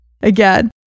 Again